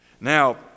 Now